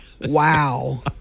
Wow